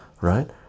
right